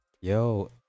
yo